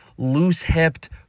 Loose-hipped